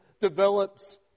develops